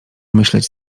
myśleć